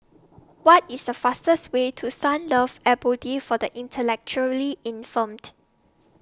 What IS The fastest Way to Sunlove Abode For The Intellectually Infirmed